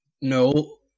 No